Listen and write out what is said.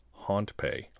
HauntPay